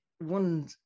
one